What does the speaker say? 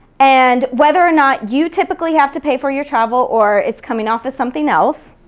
and whether or not you typically have to pay for your travel or it's coming off of something else,